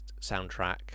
soundtrack